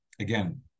Again